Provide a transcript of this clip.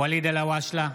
אלהואשלה,